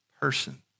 person